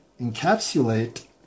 encapsulate